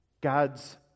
God's